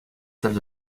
celle